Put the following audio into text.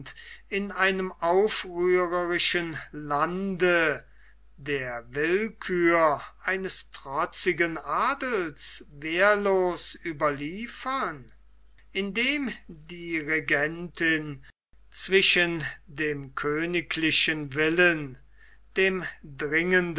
in einem aufrührerischen lande der willkür eines trotzigen adels wehrlos überliefern indem die regentin zwischen dem königlichen willen dem dringenden